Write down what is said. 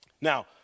Now